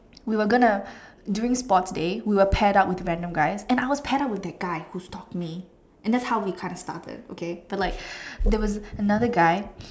we were gonna during sports day we were paired up with random guys and I was paired up with that guy who stalked me and that's how we kind of started okay but like there was another guy